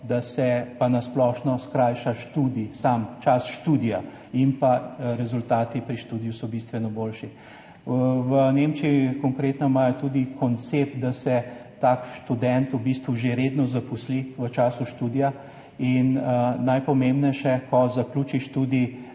da se pa na splošno skrajša študij, sam čas študija in rezultati pri študiju so bistveno boljši. V Nemčiji, konkretno, imajo tudi koncept, da se tak študent v bistvu že redno zaposli v času študija, in najpomembnejše, ko zaključi študij,